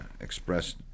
expressed